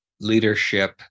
leadership